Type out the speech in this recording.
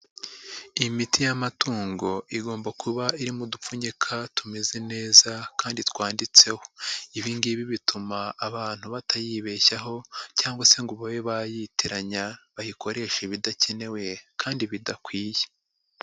Imiti y'amatungo igomba kuba iri mu dupfunyika tumeze neza kandi twanditseho. Ibi ngibi bituma abantu batayibeshyaho cyangwa se ngo babe bayitiranya bayikoreshe ibidakenewe kandi bidakwiye.